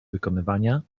wykonywania